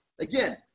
Again